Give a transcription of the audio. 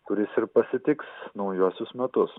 kuris ir pasitiks naujuosius metus